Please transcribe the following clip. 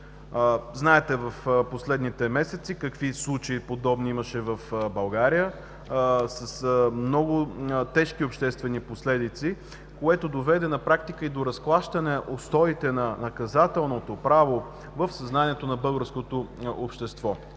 Знаете в последните месеци какви подобни случаи имаше в България с много тежки обществени последици, което доведе на практика и до разклащане устоите на наказателното право в съзнанието на българското общество,